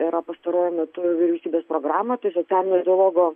yra pastaruoju metu vyriausybės programa tai socialinio dialogo